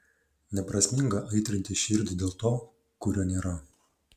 neprasminga aitrinti širdį dėl to kurio nėra